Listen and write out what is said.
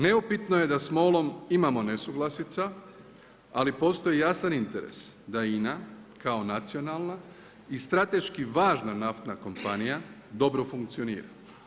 Neupitno je da s MOL-om imamo nesuglasica, ali postoji jasan interes da INA-a kao nacionalna i strateški važna naftna kompanije dobro funkcionira.